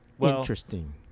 Interesting